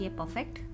perfect